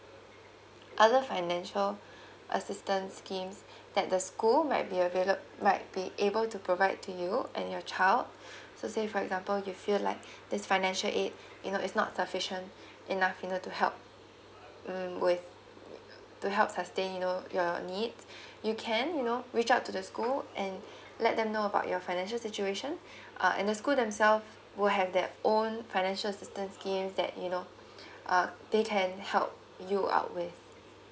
other financial assistance scheme that the school might be availa~ might be able to provide to you and your child so say for example you feel like this financial aid you know is not sufficient enough enough to help mm with to help sustain you know your needs you can email reach out to the school and let them know about your financial situation uh and the school themself will have their own financial assistance scheme that you know uh they can help you out with